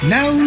Now